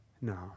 No